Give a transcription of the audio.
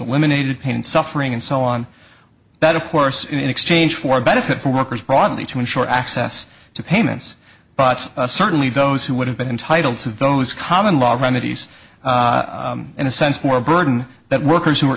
eliminated pain and suffering and so on that of course in exchange for a benefit for workers broadly to ensure access to payments but certainly those who would have been entitled to those common law remedies in a sense for a burden that workers who were